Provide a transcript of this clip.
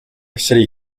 city